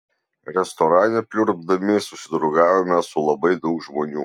restorane pliurpdami susidraugavome su labai daug žmonių